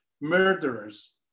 murderers